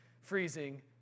freezing